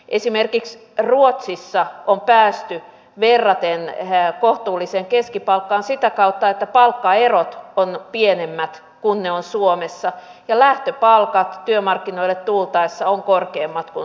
esimerkiksi ruotsissa on päästy verraten kohtuulliseen keskipalkkaan sitä kautta että palkkaerot ovat pienemmät kuin ne ovat suomessa ja lähtöpalkat työmarkkinoille tultaessa ovat korkeammat kuin suomessa